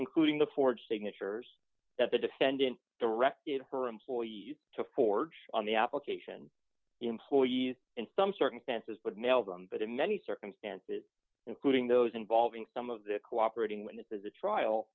including the forged signatures that the defendant directed her employees to forge on the application employees in some circumstances but mailed them but in many circumstances including those involving some of the cooperating when this is it trial